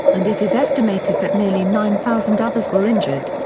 and it is estimated that nearly nine thousand others were injured.